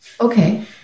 Okay